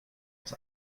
dass